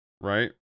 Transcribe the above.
Right